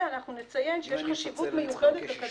ואנחנו נציין שיש חשיבות מיוחדת לקדם את זה.